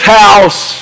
house